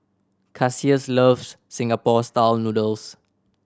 Cassius loves Singapore Style Noodles